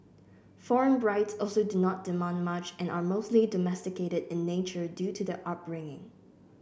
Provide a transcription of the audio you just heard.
foreign brides also do not demand much and are mostly domesticated in nature due to their upbringing